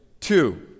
Two